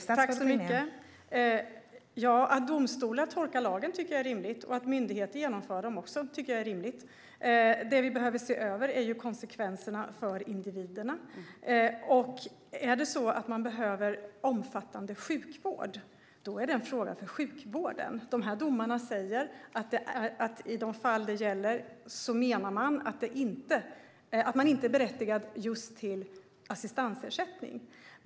Fru talman! Jag tycker att det är rimligt att domstolar tolkar lagen. Det är också rimligt att myndigheter genomför det som står i lagen. Det vi behöver se över är konsekvenserna för individerna. Är det på det sättet att man behöver omfattande sjukvård är det en fråga för sjukvården. Det de här domarna säger är att i de fall det gäller är man inte berättigad till just assistansersättning.